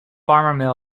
farmers